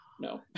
No